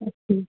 अस्तु